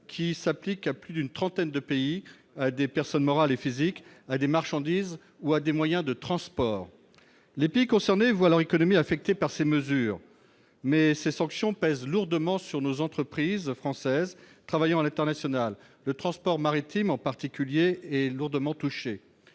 qui s'appliquent à plus d'une trentaine de pays, à des personnes morales et physiques, à des marchandises ou à des moyens de transport. Les pays concernés voient leur économie affectée par ces mesures. Mais ces sanctions pèsent lourdement sur les entreprises françaises travaillant à l'international. Le transport maritime, en particulier, est lourdement touché.